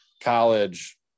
college